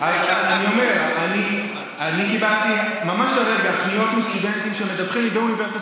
אז אני אומר: אני קיבלתי ממש הרגע פניות מסטודנטים באוניברסיטת